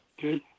Good